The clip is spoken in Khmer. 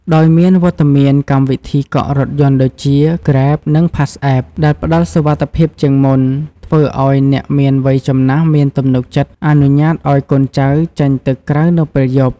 ដោយមានវត្តមានកម្មវិធីកក់រថយន្តដូចជា Grab និង PassApp ដែលផ្តល់សុវត្ថិភាពជាងមុន ធ្វើឱ្យអ្នកមានវ័យចំណាស់មានទំនុកចិត្តអនុញ្ញាតឱ្យកូនចៅចេញទៅក្រៅនៅពេលយប់។